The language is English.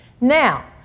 Now